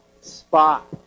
spot